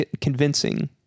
convincing